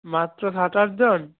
মাত্র সাত আটজন